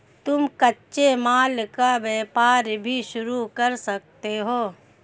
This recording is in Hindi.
तुम कच्चे माल का व्यापार भी शुरू कर सकते हो